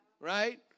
right